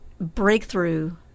breakthrough